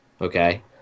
okay